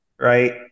Right